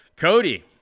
Cody